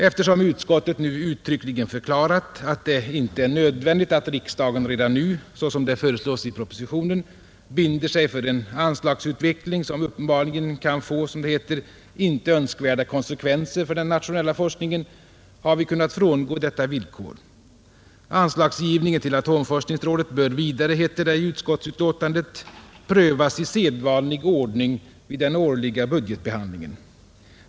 Eftersom utskottet nu uttryckligen förklarat, att det inte är nödvändigt att riksdagen redan nu — såsom det föreslås i propositionen — binder sig för en anslagsutveckling som uppenbarligen kan få, som det heter, inte önskvärda konsekvenser för den nationella forskningen, har vi kunnat frångå detta villkor. Anslagsgivningen till atomforskningsrådet bör vidare, heter det i utskottsbetänkandet, prövas i sedvanlig ordning vid den årliga budgetbehandlingen.